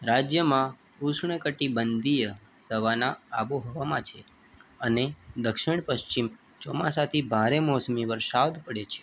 રાજ્યમાં ઉષ્ણ કટિબંધીય સવાના આબોહવામાં છે અને દક્ષિણ પશ્ચિમ ચોમાસાથી ભારે મોસમી વરસાદ પડે છે